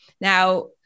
Now